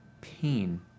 pain